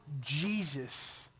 Jesus